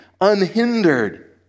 unhindered